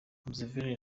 museveni